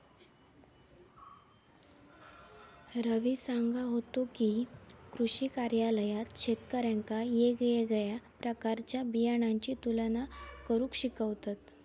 रवी सांगा होतो की, कृषी कार्यालयात शेतकऱ्यांका येगयेगळ्या प्रकारच्या बियाणांची तुलना करुक शिकवतत